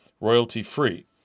royalty-free